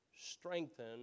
strengthen